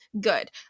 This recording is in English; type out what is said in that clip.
good